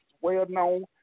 well-known